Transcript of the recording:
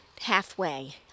halfway